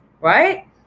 Right